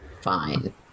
fine